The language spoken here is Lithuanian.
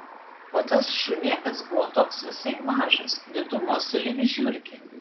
o tas šunėkas buvo toks visai mažas didumo sulig žiurke